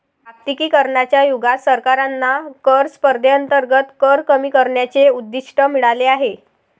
जागतिकीकरणाच्या युगात सरकारांना कर स्पर्धेअंतर्गत कर कमी करण्याचे उद्दिष्ट मिळाले आहे